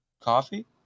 coffee